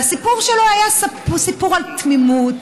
והסיפור שלו היה סיפור על תמימות,